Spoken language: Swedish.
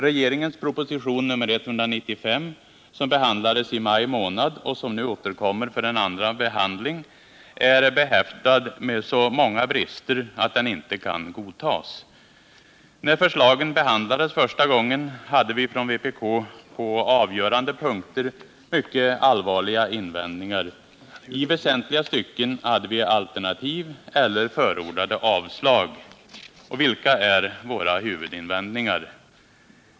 Regeringens proposition 1978/79:195 som behandlades i maj månad och som nu återkommer för en andra behandling är behäftad med så många brister att den inte kan godtas. När förslagen behandlades första gången hade vi från vpk på avgörande punkter mycket allvarliga invändningar. I väsentliga stycken framförde vi alternativ eller förordade avslag. Vilka är då våra huvudinvändningar?